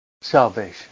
salvation